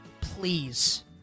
please